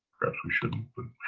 perhaps we shouldn't, but.